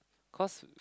cause we